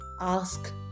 ask